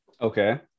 Okay